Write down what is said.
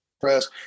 press